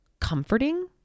comforting